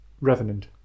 Revenant